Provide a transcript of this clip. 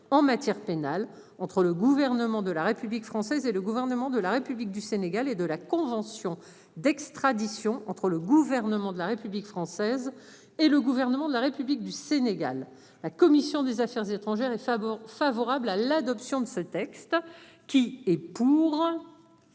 en matière pénale entre le gouvernement de la République française et le gouvernement de la République du Sénégal et de la convention d'extradition entre le gouvernement de la République française et le gouvernement de la République du Sénégal. La commission des Affaires étrangères et favor favorable à l'adoption. Ce texte qui est pour.